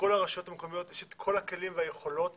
לכל הרשויות המקומיות יש את כל הכלים והיכולות